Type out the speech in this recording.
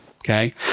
Okay